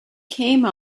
came